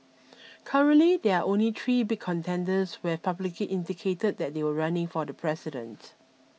currently there are only three big contenders we've publicly indicated that they'll running for the president